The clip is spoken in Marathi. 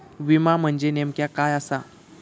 विमा म्हणजे नेमक्या काय आसा?